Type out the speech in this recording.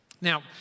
Now